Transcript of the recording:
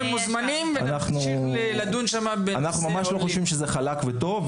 אנחנו ממש לא חושבים שזה חלק וטוב.